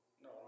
No